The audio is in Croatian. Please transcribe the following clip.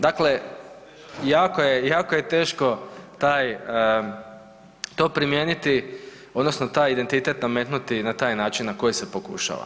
Dakle, jako je, jako je teško taj, to primijeniti odnosno taj identitet nametnuti na taj način na koji se pokušava.